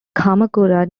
kamakura